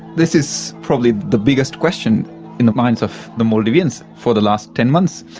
this is probably the biggest question in the minds of the maldivians for the last ten months.